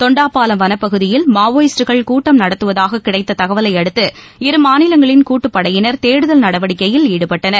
தொண்டாபாலம் வனப் பகுதியில் மாவோயிஸ்டுகள் கூட்டம் நடத்துவதாக கிடைத்த தகவலையடுத்து இருமாநிலங்களின் கூட்டுப்படையினர் தேடுதல் நடவடிக்கையில் ஈடுபட்டனர்